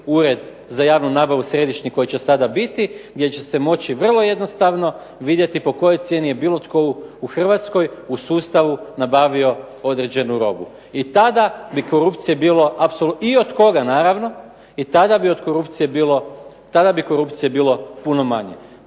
Ured za javnu nabavu središnji koji će sada biti gdje će se moći vidjeti po kojoj cijeni je bilo tko u Hrvatskoj u sustavu nabavio određenu robu, i od koga naravno. I tada bi korupcije bilo puno manje.